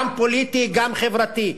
גם פוליטי וגם חברתי.